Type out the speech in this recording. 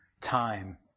time